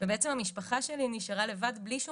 ובעצם המשפחה שלי נשארה לבד בלי בשום